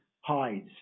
hides